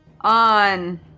on